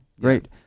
great